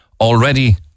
already